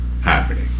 happening